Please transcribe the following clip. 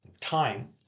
time